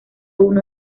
uno